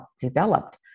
developed